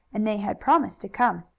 and they had promised to come.